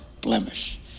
blemish